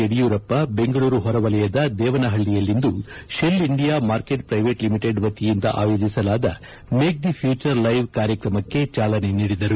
ಯಡಿಯೂರಪ್ಪ ಬೆಂಗಳೂರು ಹೊರವಲಯದ ದೇವನಹಳ್ಳಿಯಲ್ಲಿಂದು Shell India market private limited ವತಿಯಿಂದ ಆಯೋಜಿಸಲಾದ ಮೇಕ್ ದಿ ಪ್ಯೂಚರ್ ಲೈವ್ ಕಾರ್ಯಕ್ರಮಕ್ಕೆ ಚಾಲನೆ ನೀಡಿದರು